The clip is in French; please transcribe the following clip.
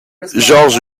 georges